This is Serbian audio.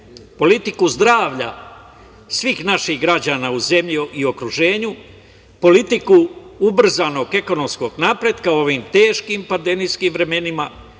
politiku zdravlja svih naših građana u zemlji i okruženju, politiku ubrzanog ekonomskog napretka u ovim teškim pandemijskim vremenima,